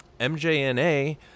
MJNA